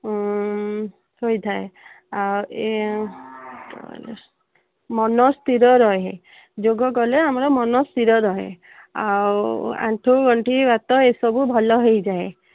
ଉଁ ହୋଇଥାଏ ଆଉ ଇଏ ମନ ସ୍ଥିର ରହେ ଯୋଗ କଲେ ଆମର ମନ ସ୍ଥିର ରହେ ଆଉ ଆଣ୍ଠୁଗଣ୍ଠି ବାତ ଏସବୁ ଭଲ ହେଇଯାଏ